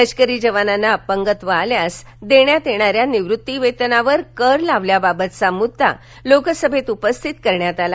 लष्करी जवानांना अपंगत्व आल्यास देण्यात येणाऱ्या निवृत्तीवेतनावर कर लावल्याबाबतचा मुद्दा लोकसभेत उपस्थित करण्यात आला